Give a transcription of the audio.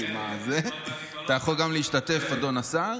אתה יכול גם להשתתף, אדוני השר.